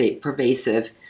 pervasive